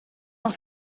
dans